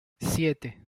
siete